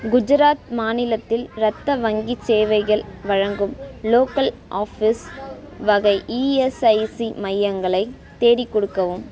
குஜராத் மாநிலத்தில் ரத்த வங்கிச் சேவைகள் வழங்கும் லோக்கல் ஆஃபீஸ் வகை இஎஸ்ஐசி மையங்களைத் தேடிக் கொடுக்கவும்